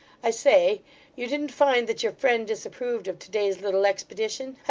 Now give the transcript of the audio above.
i say you didn't find that your friend disapproved of to-day's little expedition?